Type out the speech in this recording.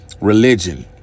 religion